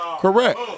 Correct